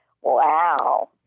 Wow